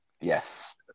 Yes